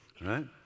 right